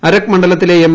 അരക് മണ്ഡലത്തിലെ എം